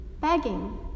begging